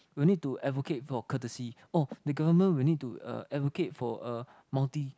will need to advocate for courtesy oh the government will need to uh advocate for uh multi